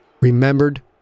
Remembered